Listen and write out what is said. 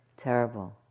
Terrible